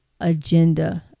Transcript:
agenda